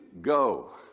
go